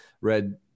read